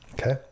okay